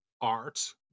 art